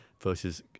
versus